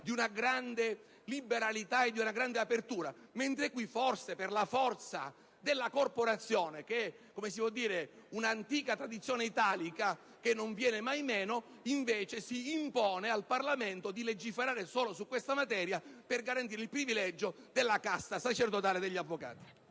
di una vasta liberalità e di una grande apertura, in questo caso invece, forse per la forza della "corporazione", che è un'antica tradizione italica che non viene mai meno, si impone al Parlamento di legiferare solo su questa materia per garantire il privilegio della «casta sacerdotale» degli avvocati.